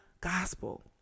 gospel